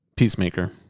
Peacemaker